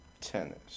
tennis